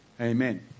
Amen